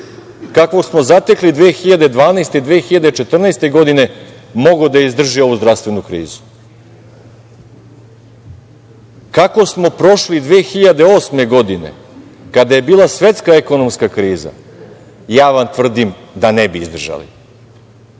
kakav smo zatekli 2012. godine i 2014. godine mogao da izdrži ovu zdravstvenu krizu? Kako smo prošli 2008. godine kada je bila svetska ekonomska kriza? Ja vam tvrdim da ne bi izdržali.